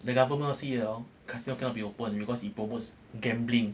the government see that hor casinos cannot be open because it promotes gambling